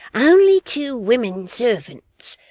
only two women servants,